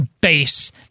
base